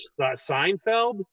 Seinfeld